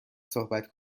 صحبت